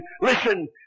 listen